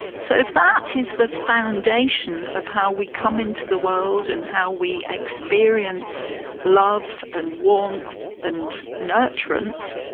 so if that is the foundation of how we come into the world and how we experience love and warmth and nurturance,